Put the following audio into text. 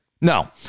No